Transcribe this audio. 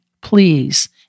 please